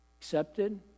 accepted